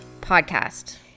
podcast